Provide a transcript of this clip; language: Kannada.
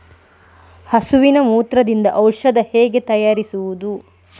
ಹಸುವಿನ ಮೂತ್ರದಿಂದ ಔಷಧ ಹೇಗೆ ತಯಾರಿಸುವುದು?